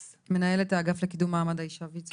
מנהלת האגף לקידום מעמד האישה ויצו העולמית.